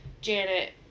Janet